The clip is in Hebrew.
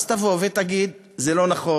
אז תגיד: זה לא נכון,